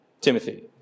Timothy